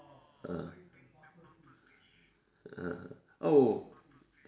ah oh